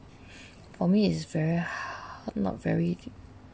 for me is very ha~ not very